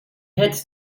heads